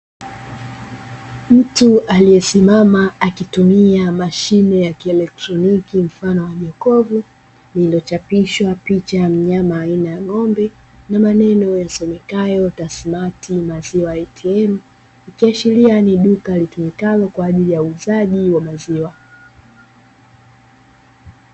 Mtu aliyesimama akitumia mashine ya kielektroniki mfano wa jokofu, lililochapishwa picha ya mnyama aina ya ng'ombe, na maneno yasomekayo "Tasmatt maziwa ATM", ikiashiria ni duka litumikalo kwa ajili ya uuzaji wa maziwa.